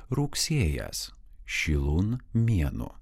rugsėjas šilun mėnuo